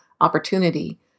opportunity